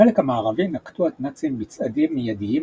בחלק המערבי נקטו הנאצים בצעדים מיידיים